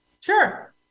Sure